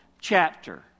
chapter